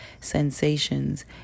sensations